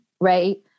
right